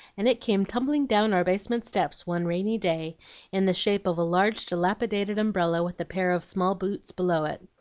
and it came tumbling down our basement steps one rainy day in the shape of a large dilapidated umbrella with a pair of small boots below it.